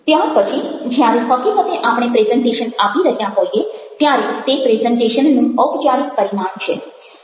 ત્યાર પછી જ્યારે હકીકતે આપણે પ્રેઝન્ટેશન આપી રહ્યા હોઈએ ત્યારે તે પ્રેઝન્ટેશનનું ઔપચારિક પરિમાણ છે